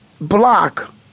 block